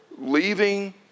leaving